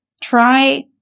Try